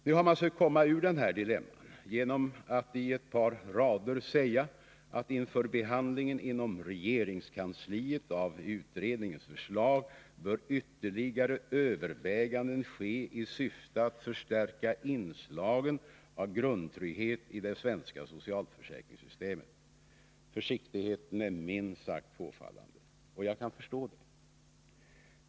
Nu har man sökt komma ur detta dilemma genom att i ett par rader säga: ”Inför behandlingen inom regeringskansliet av utredningens förslag, bör —-- ytterligare överväganden ske i syfte att förstärka inslagen av grundtrygghet i det svenska socialförsäkringssystemet.” Försiktigheten är minst sagt påfallande. Och jag kan förstå detta.